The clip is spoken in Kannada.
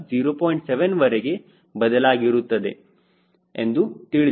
7 ವರೆಗೆ ಬದಲಾಗುತ್ತಿರುತ್ತದೆ ಎಂದು ತಿಳಿದಿದೆ